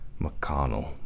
McConnell